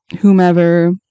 whomever